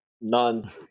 none